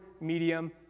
medium